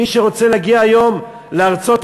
מי שרוצה להגיע היום לארצות-הברית,